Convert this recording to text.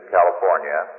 California